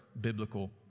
biblical